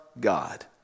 God